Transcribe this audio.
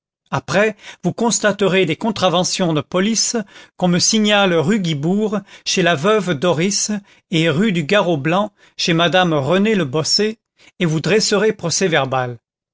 après vous constaterez des contraventions de police qu'on me signale rue guibourg chez la veuve doris et rue du garraud blanc chez madame renée le bossé et vous dresserez procès-verbal